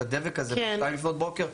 את הדבק הזה ב-02:00 לפנות בוקר,